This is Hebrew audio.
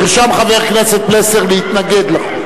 חבר כנסת פלסנר נרשם להתנגד לחוק,